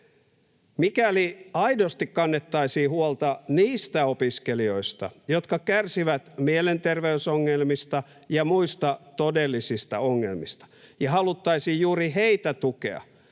Mikäli aidosti kannettaisiin huolta niistä opiskelijoista, jotka kärsivät mielenterveysongelmista ja muista todellisista ongelmista, ja haluttaisiin juuri heitä tukea,